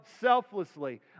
selflessly